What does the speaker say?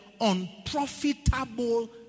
unprofitable